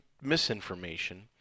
misinformation